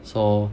so